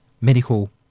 medical